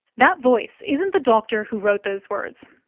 that voice isn't the doctor who wrote those words,